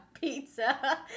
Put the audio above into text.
pizza